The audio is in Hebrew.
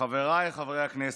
חבריי חברי הכנסת,